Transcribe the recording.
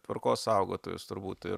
tvarkos saugotojus turbūt ir